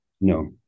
No